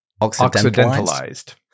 Occidentalized